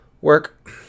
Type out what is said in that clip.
work